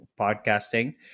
podcasting